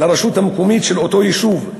לרשות המקומית של אותו יישוב.